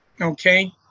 okay